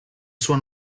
sua